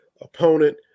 opponent